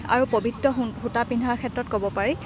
আৰু পবিত্ৰ সূ সূতা পিন্ধাৰ ক্ষেত্ৰত ক'ব পাৰি